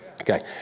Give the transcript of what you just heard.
Okay